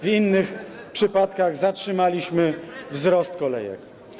W innych przypadkach zatrzymaliśmy wzrost kolejek.